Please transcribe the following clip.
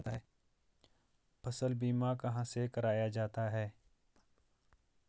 फसल बीमा कहाँ से कराया जाता है?